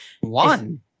One